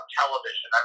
television